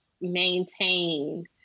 maintain